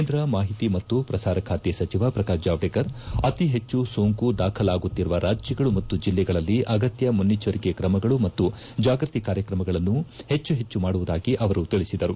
ಕೇಂದ್ರ ಮಾಹಿತಿ ಮತ್ತು ಪ್ರಸಾರಖಾತೆ ಸಚಿವ ಪ್ರಕಾಶ್ ಜವಾಡೇಕರ್ ಅತಿ ಹೆಚ್ಚು ಸೋಂಕು ದಾಖಲಾಗುತ್ತಿರುವ ರಾಜ್ಯಗಳು ಮತ್ತು ಜಿಲ್ಲೆಗಳಲ್ಲಿ ಅಗತ್ಯ ಮುನ್ನೆಚ್ಚರಿಕೆ ತ್ರಮಗಳು ಮತ್ತು ಜಾಗೃತಿ ಕಾರ್ಯಕ್ರಮಗಳನ್ನು ಹೆಚ್ಚು ಹೆಚ್ಚು ಮಾಡುವುದಾಗಿ ಅವರು ತಿಳಿಸಿದರು